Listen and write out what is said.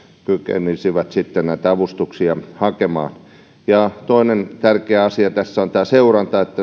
kykenisivät näitä avustuksia hakemaan toinen tärkeä asia tässä on tämä seuranta